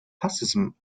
fascism